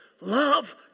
Love